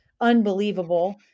unbelievable